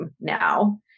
now